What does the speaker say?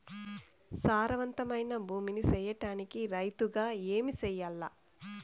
సారవంతమైన భూమి నీ సేయడానికి రైతుగా ఏమి చెయల్ల?